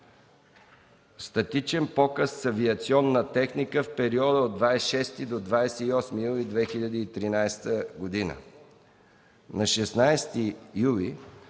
статичен показ с авиационна техника в периода 26 28 юли 2013 г. На 16 юли